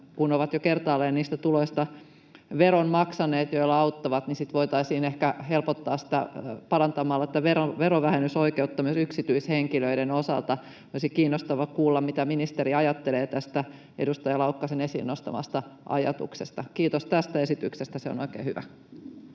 he ovat jo kertaalleen veron maksaneet niistä tuloista, joilla auttavat, niin sitten voitaisiin ehkä helpottaa sitä parantamalla verovähennysoikeutta myös yksityishenkilöiden osalta. Olisi kiinnostava kuulla, mitä ministeri ajattelee tästä edustaja Laukkasen esiin nostamasta ajatuksesta. Kiitos tästä esityksestä. Se on oikein hyvä.